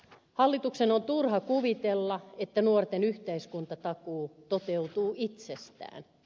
hallituksen on turha kuvitella että nuorten yhteiskuntatakuu toteutuu itsestään